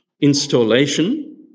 installation